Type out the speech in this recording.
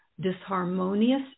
disharmonious